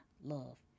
love